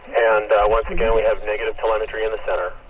and once again, we have negative telemetry in the center